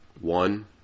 One